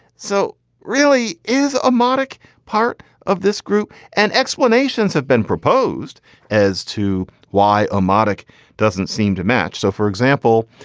so really is a monarch part of this group and explanations have been proposed as to why a monarch doesn't seem to match. so, for example,